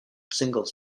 singles